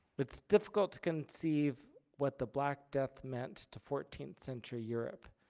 it's difficult to conceive what the black death meant to fourteenth century europe,